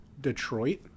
Detroit